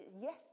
yes